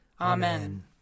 Amen